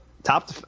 Top